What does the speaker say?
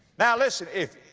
now listen, if,